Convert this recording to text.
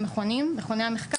וממכוני המחקר.